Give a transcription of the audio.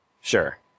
Sure